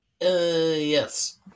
yes